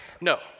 No